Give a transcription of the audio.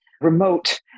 remote